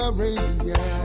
Arabia